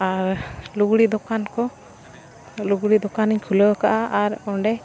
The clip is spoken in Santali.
ᱟᱨ ᱞᱩᱜᱽᱲᱤ ᱫᱚᱠᱟᱱ ᱠᱚ ᱞᱩᱜᱽᱲᱤ ᱫᱚᱠᱟᱱᱤᱧ ᱠᱷᱩᱞᱟᱹᱣ ᱠᱟᱜᱼᱟ ᱟᱨ ᱚᱸᱰᱮ